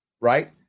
right